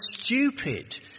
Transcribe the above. stupid